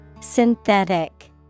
Synthetic